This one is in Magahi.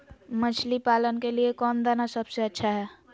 मछली पालन के लिए कौन दाना सबसे अच्छा है?